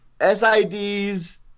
SIDs